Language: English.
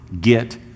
get